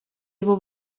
его